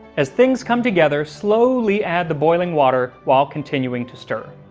as things come together slowly add the boiling water while continuing to stir.